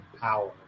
power